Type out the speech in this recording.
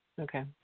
Okay